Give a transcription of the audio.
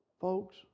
folks